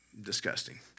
disgusting